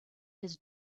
his